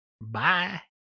Bye